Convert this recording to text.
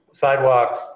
sidewalks